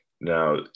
Now